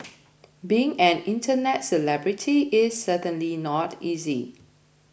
being an internet celebrity is certainly not easy